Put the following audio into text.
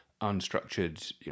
unstructured